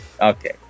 Okay